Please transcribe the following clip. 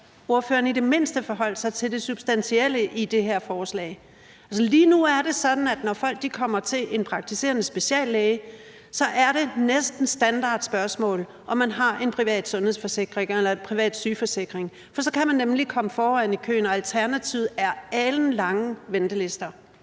ordføreren i det mindste forholdt sig til det substantielle i det her forslag. Altså, lige nu er det sådan, at når folk kommer til en praktiserende speciallæge, er det næsten et standardspørgsmål, om man har en privat sundhedsforsikring eller en privat sygeforsikring, for så kan man nemlig komme foran i køen; alternativet er alenlange ventelister.